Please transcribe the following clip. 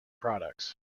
products